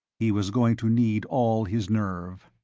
he was going to need all his nerve.